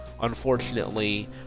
unfortunately